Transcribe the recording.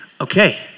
okay